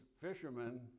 fishermen